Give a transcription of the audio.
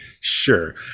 sure